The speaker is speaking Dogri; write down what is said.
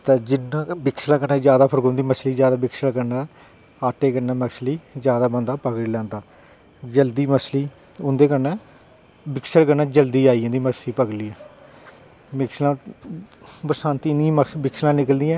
ते जेडा बिकसल कन्नै पकड़ोंदी मछली जादा बिकसल कन्नै आटै कन्नै मछली बंदा जादै पकड़ी लैंदा जल्दी मछली उंदे कन्नै बिकसले कन्नै जल्दी आई जंदी मछली बरसांती निं बिकसलां निकलदियां